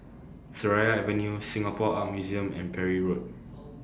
Seraya Avenue Singapore Art Museum and Parry Road